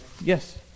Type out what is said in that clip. Yes